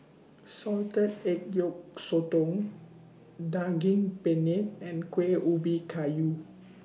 Salted Egg Yolk Sotong Daging Penyet and Kueh Ubi Kayu